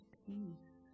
peace